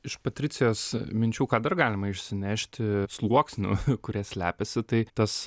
iš patricijos minčių ką dar galima išsinešti sluoksnių kurie slepiasi tai tas